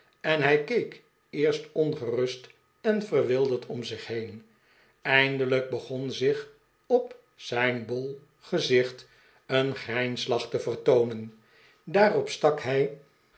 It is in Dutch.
en hij keek eerst ongerust en verwilderd om zich heen eindelijk begon zich op zijn bol gezicht een grijnslach te vertoonen daarop stak hij